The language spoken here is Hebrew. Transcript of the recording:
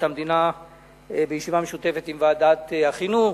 המדינה בישיבה משותפת עם ועדת החינוך.